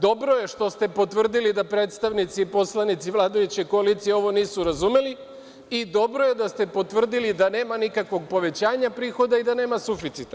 Dobro je što ste potvrdili da predstavnici i poslanici vladajuće koalicije ovo nisu razumeli i dobro je da ste potvrdili da nema nikakvog povećanja prihoda i da nema suficita.